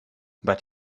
but